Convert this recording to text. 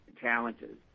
challenges